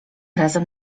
razem